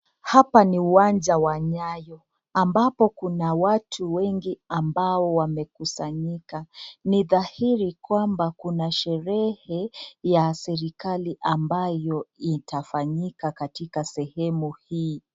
Hapa ni uwanja wa nyayo ambapo kuna watu wengi ambao wamekusanyika, ni dhahiri kwamba kuna sherehe ya serikali ambayo itafanyika katika sehemu hii.